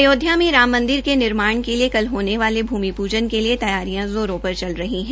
अयोध्या में राम मंदिर के निर्माण के लिए कल होने वाले भूमि पूजन के लिए तैयारियों जोरों पर चल रही है